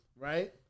right